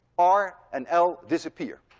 r and l disappear.